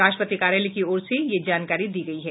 राष्ट्रपति कार्यालय की ओर से यह जानकारी दी गई है